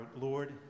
Lord